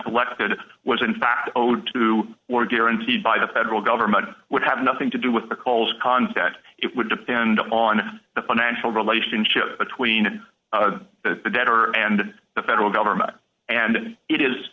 collected was in fact owed to or guaranteed by the federal government would have nothing to do with the calls contact it would depend on the financial relationship between the debtor and the federal government and it is